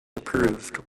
approved